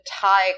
tie